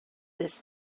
this